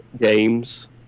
games